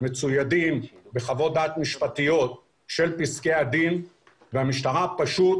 מצוידים בחוות דעת משפטיות של פסקי הדין והמשטרה פשוט